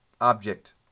object